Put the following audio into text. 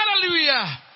Hallelujah